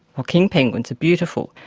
while king penguins are beautiful,